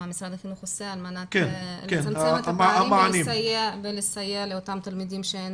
מה משרד החינוך עושה על מנת לצמצם את הפערים ולסייע לאותם תלמידים שאין